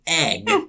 egg